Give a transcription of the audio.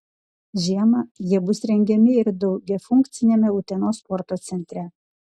žiemą jie bus rengiami ir daugiafunkciame utenos sporto centre